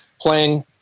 playing